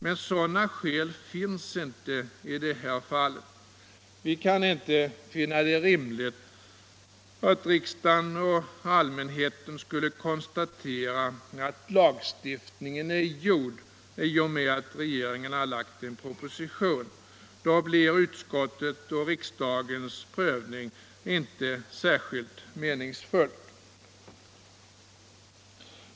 Och sådana skäl finns inte i det här fallet. Vi kan inte finna det rimligt att riksdagen och allmänheten kan konstatera att en lagstiftning är gjord i och med att regeringen har lagt fram en proposition. Då blir utskottens och riksdagens prövning inte särskilt meningsfull.